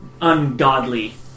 ungodly